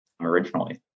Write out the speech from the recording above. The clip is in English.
originally